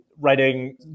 writing